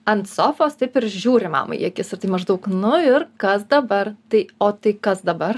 ant sofos taip ir žiūri mamai į akis ir tai maždaug nu ir kas dabar tai o tai kas dabar